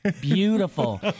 beautiful